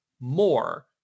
more